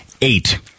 eight